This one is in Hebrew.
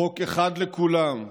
חוק אחד לכולם,